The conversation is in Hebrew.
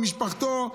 עם משפחתו,